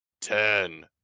ten